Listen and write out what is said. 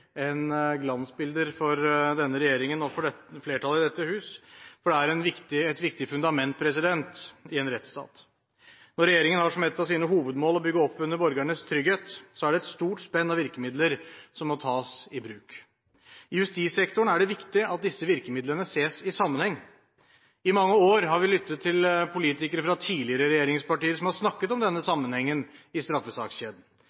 enn glansbilder for denne regjeringen og for flertallet i dette hus – for det er et viktig fundament i en rettsstat. Når regjeringen har som et av sine hovedmål å bygge opp under borgernes trygghet, er det et stort spenn av virkemidler som må tas i bruk. I justissektoren er det viktig at disse virkemidlene ses i sammenheng. I mange år har vi lyttet til politikere fra tidligere regjeringspartier som har snakket om denne